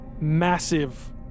massive